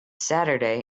saturday